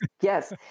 yes